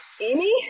Amy